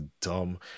dumb